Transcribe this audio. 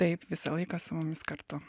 taip visą laiką su mumis kartu